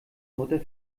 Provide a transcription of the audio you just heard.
mutter